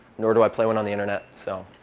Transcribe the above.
nor do i play one on the internet. so